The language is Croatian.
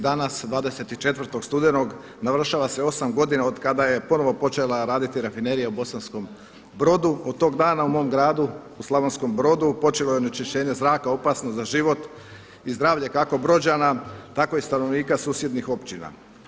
Danas 24. studenog navršava se osam godina od kada je ponovo počeka raditi Rafinerija u Bosanskom Brodu od toga u mom gradu u Slavonskom Brodu počelo je onečišćenje zraka opasno za život i zdravlja kako Brođana, tako i stanovnika susjednih općina.